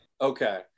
Okay